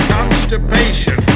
Constipation